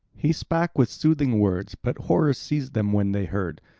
he spake with soothing words but horror seized them when they heard.